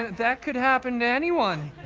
that could happen to anyone.